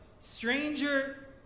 stranger